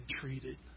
treated